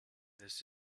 this